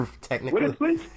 technically